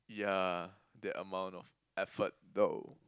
yeah that amount of effort though